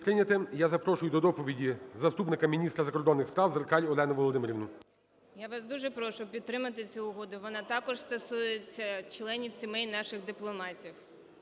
Я запрошую до доповіді заступника міністра закордонних справ Зеркаль Олену Володимирівну. 13:47:24 ЗЕРКАЛЬ О.В. Я вас дуже прошу підтримати цю угоду. Вона також стосується членів сімей наших дипломатів.